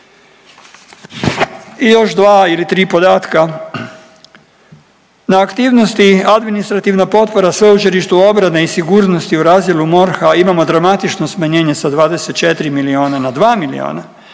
I još dva ili tri podatka, na aktivnosti Administrativna potpora Sveučilištu obrane i sigurnosti u razdjelu MORH-a imamo dramatično smanjenje sa 24 milijuna na 2 milijuna.